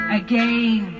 again